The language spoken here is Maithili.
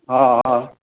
हँ